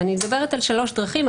אני מדברת על שלוש דרכים,